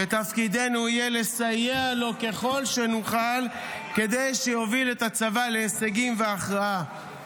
ותפקידנו יהיה לסייע לו ככל שנוכל כדי שיוביל את הצבא להישגים ולהכרעה.